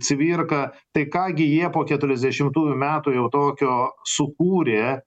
cvirka tai ką gi jie po keturiasdešimtųjų metų jau tokio sukūrė